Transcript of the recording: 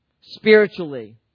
spiritually